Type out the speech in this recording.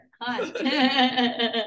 Hi